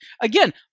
again